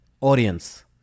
audience